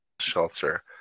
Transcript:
shelter